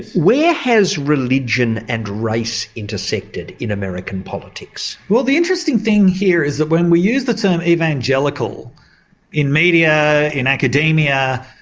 where has religion and race intersected in american politics? well the interesting thing here is that when we use the term evangelical in media, in academia,